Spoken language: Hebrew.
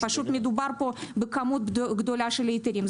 פשוט מדובר פה בכמות גדולה של היתרים.